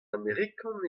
amerikan